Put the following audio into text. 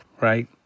Right